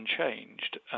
unchanged